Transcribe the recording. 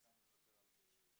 ועכשיו הוא מספר על שליחי